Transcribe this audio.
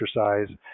exercise